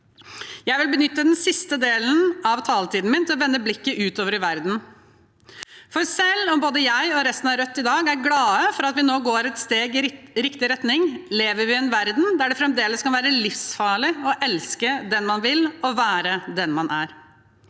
Jeg vil benytte siste rest av taletiden min til å vende blikket utover i verden. Selv om både jeg og resten av Rødt i dag er glade for at vi nå går et steg i riktig retning, lever vi i en verden der det fremdeles kan være livsfarlig å elske den man vil og å være den man er.